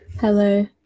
Hello